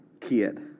kid